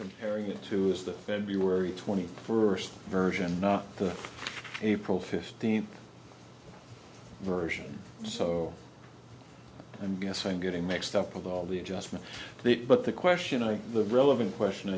comparing it to is the february twenty first version april fifteenth version so i'm guessing getting mixed up with all the adjustment but the question i the relevant question